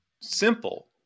simple